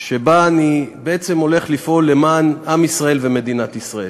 שבה אני בעצם הולך לפעול למען עם ישראל ומדינת ישראל.